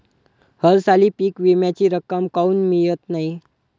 हरसाली पीक विम्याची रक्कम काऊन मियत नाई?